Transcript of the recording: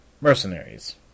Mercenaries